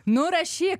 nu rašyk